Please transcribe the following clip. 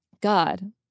God